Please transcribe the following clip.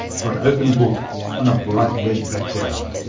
for an open book on a bright red background.